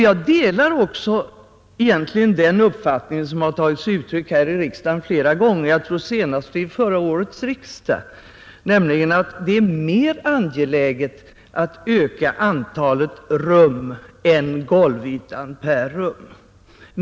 Jag delar egentligen också den uppfattning som kommit till uttryck här i riksdagen flera gånger, jag tror senast vid förra årets riksdag, att ”det är mer angeläget att öka antalet rum än golvytan per rum”.